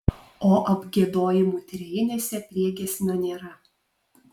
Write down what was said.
o apgiedojimų trejinėse priegiesmio nėra